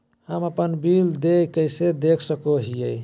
हम अपन बिल देय कैसे देख सको हियै?